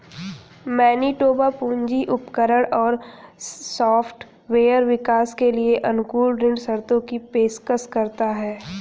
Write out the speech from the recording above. Manitoba पूंजी उपकरण और सॉफ्टवेयर विकास के लिए अनुकूल ऋण शर्तों की पेशकश करता है